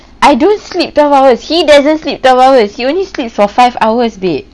I don't sleep twelve hours he doesn't sleep twelve hours he only sleeps for five hours babe